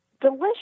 delicious